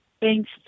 Thanks